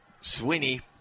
Sweeney